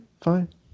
Fine